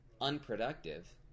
unproductive